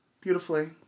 beautifully